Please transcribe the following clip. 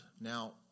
Now